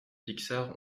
pixar